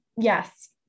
yes